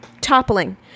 toppling